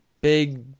big